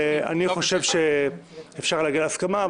ואני חושב שאפשר להגיע להסכמה,